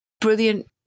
brilliant